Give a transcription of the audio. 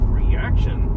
reaction